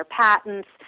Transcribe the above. patents